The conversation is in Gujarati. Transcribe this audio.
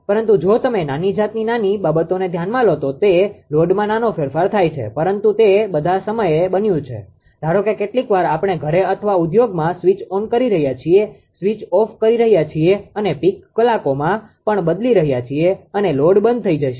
પરંતુ જો તમે નાની જાતની નાની બાબતોને ધ્યાનમાં લો તો લોડમાં નાનો ફેરફાર થાય છે પરંતુ તે બધા સમયે બન્યું છે ધારો કે કેટલીકવાર આપણે ઘરે અથવા ઉદ્યોગમાં સ્વિચ ઓન કરી રહ્યા છીએ સ્વીચ ઓફ કરી રહ્યા છીએ અને પીક કલાકોમાં પણ બદલી રહ્યા છીએ અને લોડ બંધ થઈ જશે